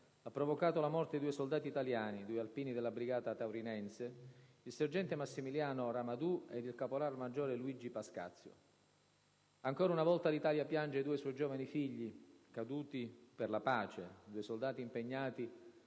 ha provocato la morte di due soldati italiani, due alpini della Brigata Taurinense: il sergente Massimiliano Ramadù e il caporalmaggiore Luigi Pascazio. Ancora una volta l'Italia piange due suoi giovani figli caduti per la pace, due soldati impegnati